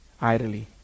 idly